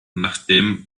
nachdem